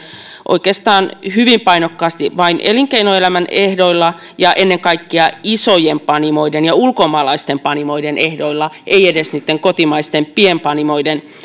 oikeastaan hyvin painokkaasti vain elinkeinoelämän ehdoilla ja ennen kaikkea isojen panimoiden ja ulkomaalaisten panimoiden ehdoilla ei edes niitten kotimaisten pienpanimoiden